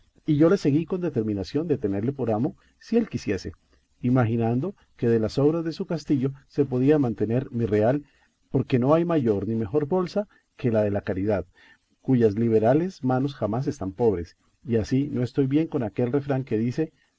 y yo le seguí con determinación de tenerle por amo si él quisiese imaginando que de las sobras de su castillo se podía mantener mi real porque no hay mayor ni mejor bolsa que la de la caridad cuyas liberales manos jamás están pobres y así no estoy bien con aquel refrán que dice